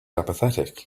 apathetic